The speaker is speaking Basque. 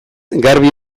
garbi